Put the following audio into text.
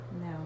No